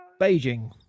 Beijing